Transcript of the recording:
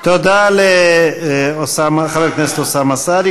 תודה לחבר הכנסת אוסאמה סעדי.